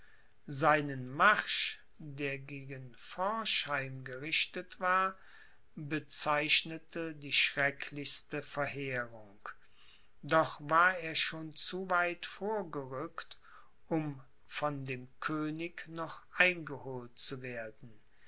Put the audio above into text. seinen marsch der gegen forchheim gerichtet war bezeichnete die schrecklichste verheerung doch war er schon zu weit vorgerückt um von dem könig noch eingeholt zu werden